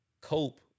cope